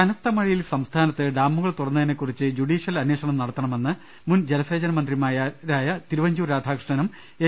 കനത്ത മഴയിൽ സംസ്ഥാനത്ത് ഡാമുകൾ തുറന്നതിനെ കുറിച്ച് ജുഡീഷ്യൽ അന്വേഷണം നടത്തണമെന്ന് മുൻ ജലസേ ചനമന്ത്രിമാരായ തിരുവഞ്ചൂർ രാധാകൃഷ്ണനും എൻ